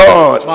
God